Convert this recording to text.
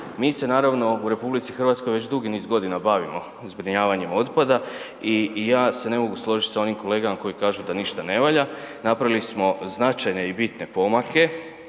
Mi se naravno u RH već dugi niz godina bavimo zbrinjavanjem otpada i ja se ne mogu složiti s onim kolegama koji kažu da ništa ne valja. Napravili smo značajne i bitne pomake